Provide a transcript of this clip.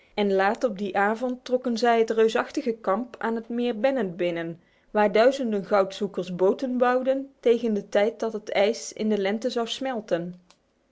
en laat op die avond trokken zij het reusachtige kamp aan het meer bennett binnen waar duizenden goudzoekers boten bouwden tegen de tijd dat het ijs in de lente zou smelten